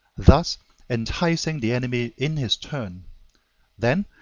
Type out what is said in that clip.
thus enticing the enemy in his turn then,